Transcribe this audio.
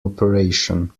operation